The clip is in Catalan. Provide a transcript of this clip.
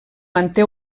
manté